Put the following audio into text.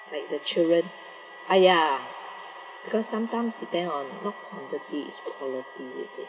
like the children !aiya! because sometime depend on not quantity it's quality you see ah mmhmm hmm